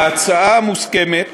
בהצעה המוסכמת